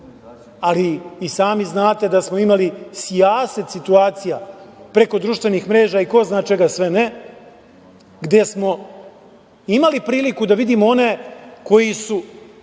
Ali, i sami znate da smo imali sijaset situacija preko društvenih mreža, i ko zna čega sve ne, gde smo imali priliku da vidimo one, koji su,